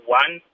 one